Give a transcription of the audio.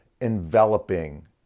enveloping